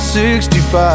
65